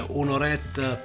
un'oretta